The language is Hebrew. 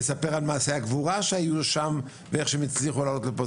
לספר על מעשי הגבורה שהיו שם ואיך הם הצליחו לעלות לפה,